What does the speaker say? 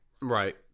Right